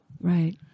right